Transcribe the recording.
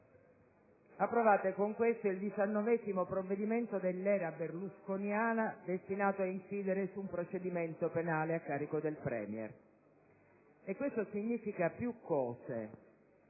approvate con questo il diciannovesimo provvedimento dell'era berlusconiana destinato ad incidere su un procedimento penale a carico del*Premier*. Questo significa più cose: